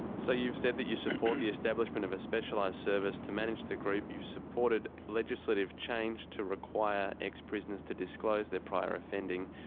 so you've said that you support the establishment of a specialised service to manage the group, you've supported legislative change to require ex-prisoners to disclose their prior offending.